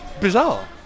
bizarre